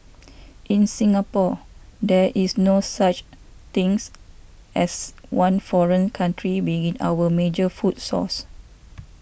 in Singapore there is no such things as one foreign country being our major food source